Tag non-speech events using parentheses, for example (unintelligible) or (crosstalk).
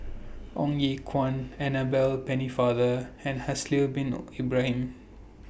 Ong Ye Kung Annabel Pennefather and Haslir Bin (unintelligible) Ibrahim